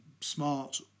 smart